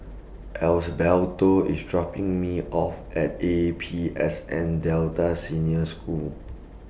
Osbaldo IS dropping Me off At A P S N Delta Senior School